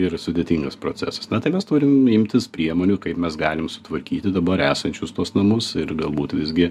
ir sudėtingas procesas na tai mes turim imtis priemonių kaip mes galim sutvarkyti dabar esančius tuos namus ir galbūt visgi